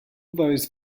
those